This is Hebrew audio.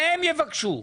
שהם יבקשו,